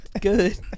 good